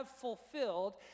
fulfilled